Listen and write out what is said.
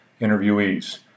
interviewees